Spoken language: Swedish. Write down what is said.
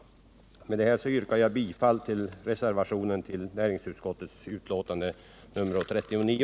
Med detta yrkar jag bifall till reservationen till näringsutskottets betänkande nr 39.